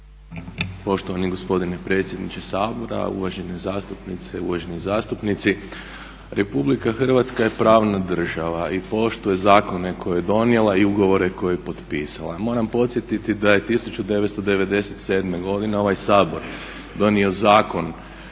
RH je pravna država i poštuje zakone koje je donijela i ugovore koje je potpisala. Moram podsjetiti da je 1997.godine ovaj Sabor donio Zakon